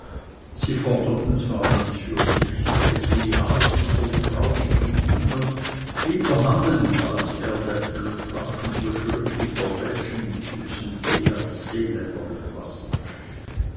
sie forderten zwar nichts für sich aber sie aßen so traulich mit ihnen lieber hammen als erdäpfel und tranken so schön lieber wälschen mit süßem tee als seeländer mit wasser